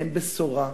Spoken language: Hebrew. אין בשורה,